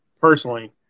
personally